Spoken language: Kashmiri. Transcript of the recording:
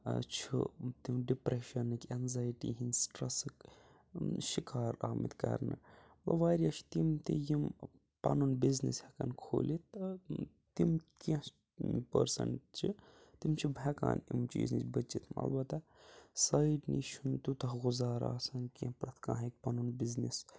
چھِ تِم ڈِپریشَنٕکۍ انزایٹی ہِنٛدۍ سِٹرٛسٕکۍ شِکار آمٕتۍ کَرنہٕ واریاہ چھِ تِم تہِ یِم پَنُن بِزن۪س ہٮ۪کَن کھوٗلِتھ تِم کینٛہہ پٔرسَن چھِ تِم چھِ ہٮ۪کان یِم چیٖز نِش بٔچِتھ اَلبتہ سایڈۍ نِش چھُنہٕ تیوٗتاہ گُزار آسان کیٚنٛہہ پرٛٮ۪تھ کانٛہ ہیٚکہِ پَنُن بِزنٮِس